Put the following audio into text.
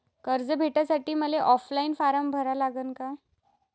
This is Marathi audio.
कर्ज भेटासाठी मले ऑफलाईन फारम भरा लागन का?